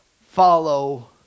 follow